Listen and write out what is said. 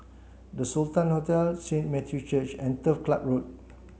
The Sultan Hotel Saint Matthew's Church and Turf Ciub Road